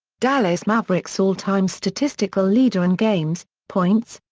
dallas mavericks all-time statistical leader in games, points,